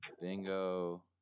Bingo